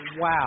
Wow